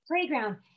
playground